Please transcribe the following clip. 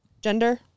gender